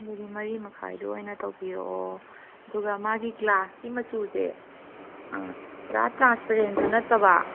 ꯑꯗꯨꯗꯤ ꯃꯔꯤꯃꯈꯥꯏꯗ ꯑꯣꯏꯅ ꯇꯧꯕꯤꯔꯛꯑꯣ ꯑꯗꯨꯒ ꯃꯥꯒꯤ ꯒ꯭ꯂꯥꯁꯀꯤ ꯃꯆꯨꯁꯦ ꯄꯨꯔꯥ ꯇ꯭ꯔꯟꯁꯄꯔꯦꯟꯗꯣ ꯅꯠꯇꯕ